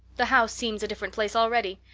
the house seems a different place already.